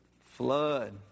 Flood